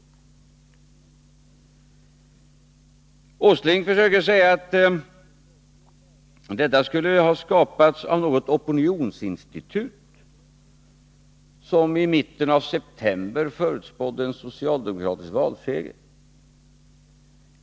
Nils Åsling försöker säga att det hela skulle ha skapats av något opinionsinstitut, som i mitten av september förutspådde en socialdemokratisk valseger.